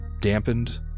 dampened